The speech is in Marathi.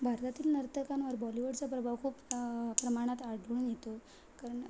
भारतातील नर्तकांवर बॉलीवूडचा प्रभाव खूप प्रमाणात आढळून येतो कारण